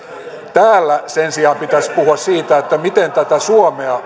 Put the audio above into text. täällä sen sijaan pitäisi puhua siitä miten tätä suomea